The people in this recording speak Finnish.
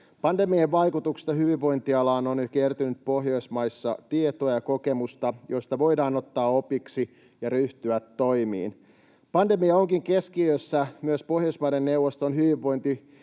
Pandemian vaikutuksesta hyvinvointialaan on jo kertynyt Pohjoismaissa tietoa ja kokemusta, joista voidaan ottaa opiksi ja ryhtyä toimiin. Pandemia onkin keskiössä myös Pohjoismaiden neuvoston Hyvinvointi